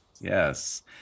Yes